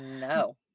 No